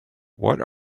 what